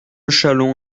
châlons